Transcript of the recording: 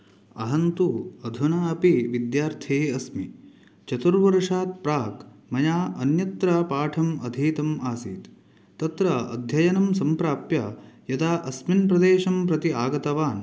अहं तु अधुनापि विद्यार्थिः अस्मि चतुर्वर्षात् प्राक् मया अन्यत्र पाठम् अधीतम् आसीत् तत्र अध्ययनं सम्प्राप्य यदा अस्मिन् प्रदेशं प्रति आगतवान्